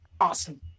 awesome